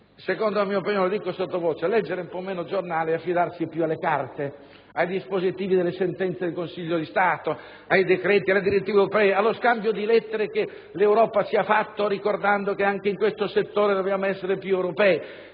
secondo la mia opinione - lo dico sottovoce - dovremmo leggere un po' meno i giornali e affidarci di più alle carte, ai dispositivi delle sentenze del Consiglio di Stato, ai decreti, alle direttive europee, allo scambio di lettere che l'Europa ci ha inviato, ricordando che anche in questo settore dobbiamo essere più europei.